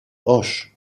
hoche